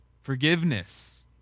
forgiveness